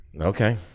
Okay